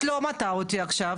את לא מטעה אותי עכשיו.